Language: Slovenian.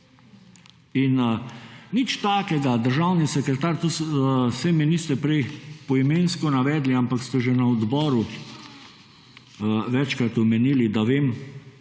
nič takega, državni sekretar, saj mi niste prej poimensko navedli, ampak ste že na odboru večkrat omenili, da vem